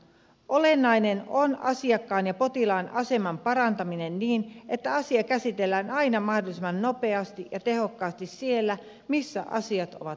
olennainen on asiakkaan ja potilaan aseman parantaminen niin että asia käsitellään aina mahdollisimman nopeasti ja tehokkaasti siellä missä asiat ovat tapahtuneet